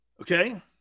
Okay